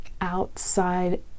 outside